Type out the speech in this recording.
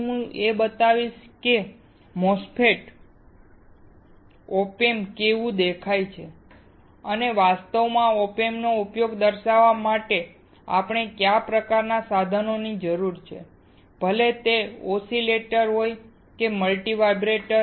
હું તમને એ પણ બતાવીશ કે MOSFET op amp કેવું દેખાય છે અને વાસ્તવમાં op amp ના ઉપયોગને દર્શાવવા માટે આપણને કયા પ્રકારના સાધનોની જરૂર છે ભલે તે ઓસિલેટર હોય કે મલ્ટી વાઇબ્રેટર